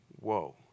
Whoa